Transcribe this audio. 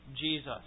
Jesus